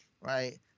right